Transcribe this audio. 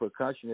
percussionist